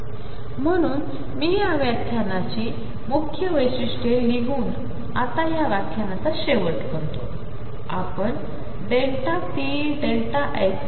म्हणून मीयाव्याख्यानाचीमुख्यवैशिष्ट्येलिहूनआतायाव्याख्यानाचाशेवटकरतो आपणpΔx∼h